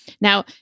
Now